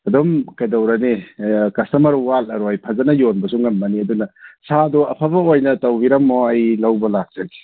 ꯑꯗꯨꯝ ꯀꯩꯗꯧꯔꯅꯤ ꯀꯁꯇꯃꯔ ꯋꯥꯠꯂꯔꯣꯏ ꯐꯖꯅ ꯌꯣꯟꯕꯁꯨ ꯉꯝꯃꯅꯤ ꯑꯗꯨꯅ ꯁꯥꯗꯣ ꯑꯐꯕ ꯑꯣꯏꯅ ꯇꯧꯕꯤꯔꯝꯃꯣ ꯑꯩ ꯂꯧꯕ ꯂꯥꯛꯆꯒꯦ